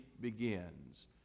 begins